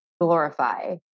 glorify